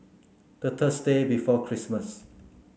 the Thursday before Christmas